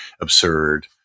absurd